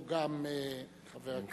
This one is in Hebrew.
כמו גם חבר הכנסת עמיר פרץ.